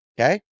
okay